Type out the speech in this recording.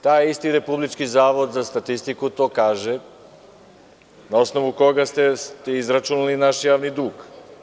Taj isti Republički zavod za statistiku to kaže, na osnovu koga ste izračunali naš javni dug.